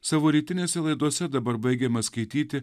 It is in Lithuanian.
savo rytinėse laidose dabar baigiama skaityti